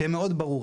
שמאוד ברור,